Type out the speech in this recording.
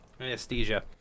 anesthesia